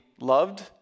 loved